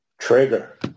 Trigger